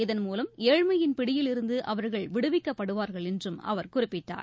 இதன்மூலம் ஏழ்மையின் பிடியில் இருந்து அவர்கள் விடுவிக்கப்படுவார்கள் என்றும் அவர் குறிப்பிட்டார்